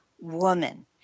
woman